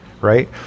right